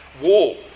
wall